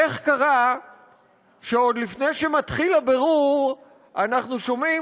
איך קרה שעוד לפני שמתחיל הבירור אנחנו שומעים